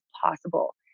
possible